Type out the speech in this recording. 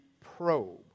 probe